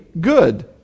good